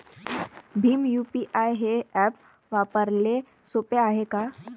Bhim UPI हे app वापराले सोपे हाय का?